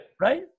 Right